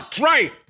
Right